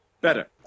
Better